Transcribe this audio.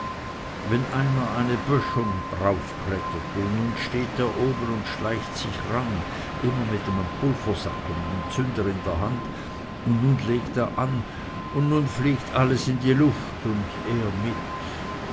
wenn einer eine böschung raufklettert und nu steht er oben und schleicht sich ran immer mit nem pulversack und nem zünder in der hand und nu legt er an und nu fliegt alles in die luft und er mit